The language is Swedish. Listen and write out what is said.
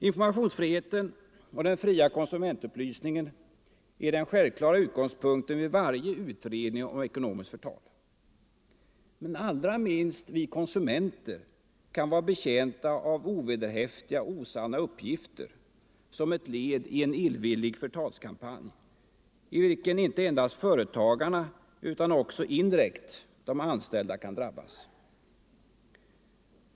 Informationsfriheten och den fria konsumentupplysningen är den självklara utgångspunkten vid varje utredning om ekonomiskt förtal. Men allra minst vi konsumenter kan vara betjänta av ovederhäftiga och osanna uppgifter som ett led i en illvillig förtalskampanj, i vilken inte endast företagarna utan också indirekt de anställda kan drabbas.